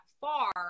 far